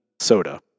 soda